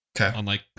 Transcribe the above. Okay